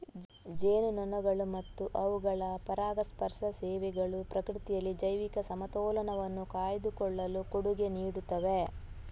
ಜೇನುನೊಣಗಳು ಮತ್ತು ಅವುಗಳ ಪರಾಗಸ್ಪರ್ಶ ಸೇವೆಗಳು ಪ್ರಕೃತಿಯಲ್ಲಿ ಜೈವಿಕ ಸಮತೋಲನವನ್ನು ಕಾಯ್ದುಕೊಳ್ಳಲು ಕೊಡುಗೆ ನೀಡುತ್ತವೆ